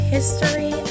History